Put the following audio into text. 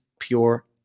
Pure